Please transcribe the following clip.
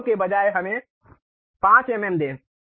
0 के बजाय हमें 5 एमएम दें